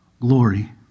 glory